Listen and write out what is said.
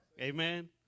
Amen